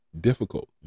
Difficult